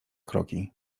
kroki